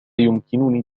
يمكنني